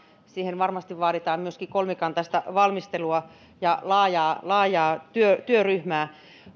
siihen varmasti vaaditaan myöskin kolmikantaista valmistelua ja laajaa laajaa työryhmää